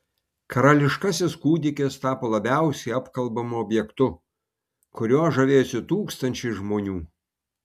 karališkasis kūdikis tapo labiausiai apkalbamu objektu kuriuo žavėjosi tūkstančiai žmonių